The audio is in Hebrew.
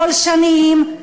פולשניים,